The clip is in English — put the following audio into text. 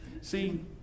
See